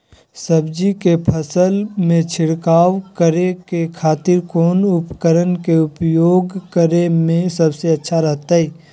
सब्जी के फसल में छिड़काव करे के खातिर कौन उपकरण के उपयोग करें में सबसे अच्छा रहतय?